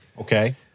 Okay